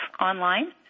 online